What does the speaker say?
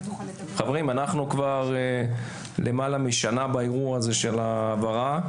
חברים, אנחנו כבר למעלה משנה באירוע הזה של העברה.